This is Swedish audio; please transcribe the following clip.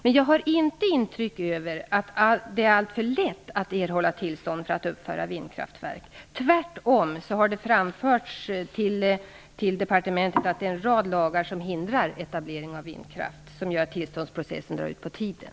Men jag har inte något intryck av att det är alltför lätt att erhålla tillstånd för uppförande av vindkraftverk, tvärtom. Det har framförts till departementet att det är en rad lagar som hindrar etablering av vindkraft, eftersom de gör att tillståndsprocessen drar ut på tiden.